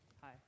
Hi